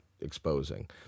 exposing